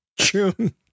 June